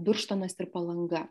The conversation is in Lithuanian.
birštonas ir palanga